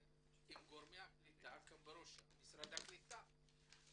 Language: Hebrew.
עם גורמי הקליטה ובראשם משרד הקליטה,